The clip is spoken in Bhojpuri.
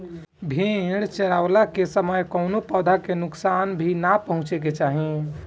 भेड़ चरावला के समय कवनो पौधा के नुकसान भी ना पहुँचावे के चाही